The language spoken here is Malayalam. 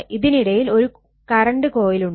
ഇതിനിടയിൽ ഒരു കറണ്ട് കോയിൽ ഉണ്ട്